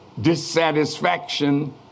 dissatisfaction